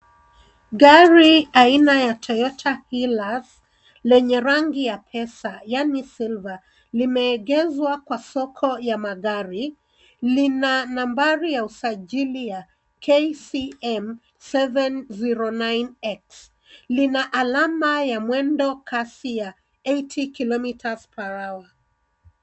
Gari aina ya Toyota Hilux, lenye rangi ya pesa, yaani silver , limeegeshwa kwa soko ya magari. Lina nambari ya usajili ya KCM 709X. Lina alama ya mwendo kasi, ya eighty kilometres per hour .